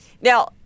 Now